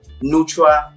neutral